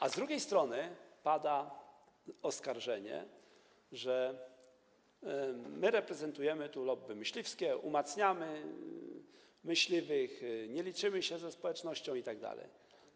A z drugiej strony pada oskarżenie, że my reprezentujemy tu lobby myśliwskie, umacniamy myśliwych, nie liczymy się ze społecznością itd.